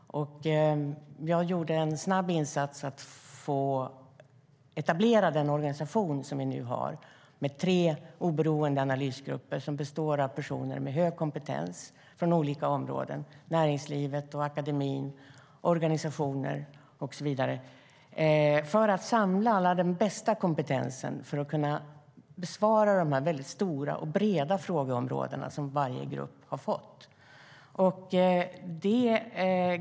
Jag gjorde en snabb insats med att etablera den organisation som vi nu har med tre oberoende analysgrupper, som består av personer med stor kompetens från olika områden - näringslivet, akademin, organisationer och så vidare - för att samla den bästa kompetensen för att kunna besvara frågor på dessa mycket stora och breda områden som varje grupp har fått.